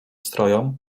strojom